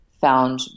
found